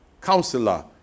Counselor